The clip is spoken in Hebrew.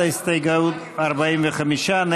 ההסתייגות של קבוצת סיעת הרשימה המשותפת,